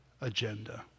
agenda